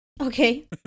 Okay